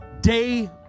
day